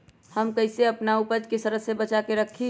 हम कईसे अपना उपज के सरद से बचा के रखी?